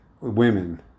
women